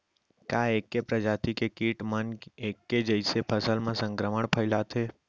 का ऐके प्रजाति के किट मन ऐके जइसे फसल म संक्रमण फइलाथें?